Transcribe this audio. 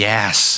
Yes